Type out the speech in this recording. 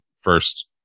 first